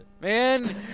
man